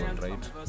right